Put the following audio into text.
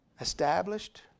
established